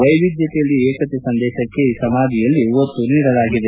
ವೈವಿಧ್ವತೆಯಲ್ಲಿ ಏಕತೆ ಸಂದೇಶಕ್ಕೆ ಈ ಸಮಾಧಿಯಲ್ಲಿ ಒತ್ತು ನೀಡಲಾಗಿದೆ